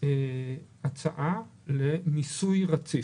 הצעה למיסוי רציף.